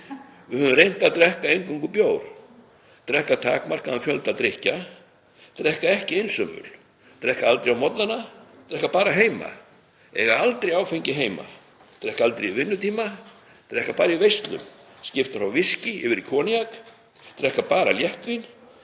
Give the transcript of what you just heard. Við höfum reynt að drekka eingöngu bjór, drekka takmarkaðan fjölda drykkja, drekka ekki einsömul, drekka aldrei á morgnana, drekka bara heima, eiga aldrei áfengi heima, drekka aldrei í vinnutíma, drekka bara í veislum, skipta frá viskíi yfir í koníak, drekka bara léttvín,